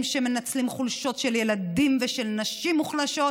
שמנצלים חולשות של ילדים ושל נשים מוחלשות,